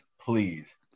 please